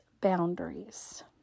boundaries